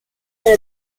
fait